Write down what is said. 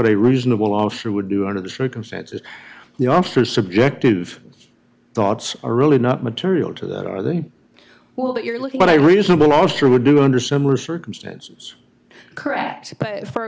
a reasonable officer would do under the circumstances the officer subjective thoughts are really not material to that are they well that you're looking at a reasonable alter would do under similar circumstances correct for a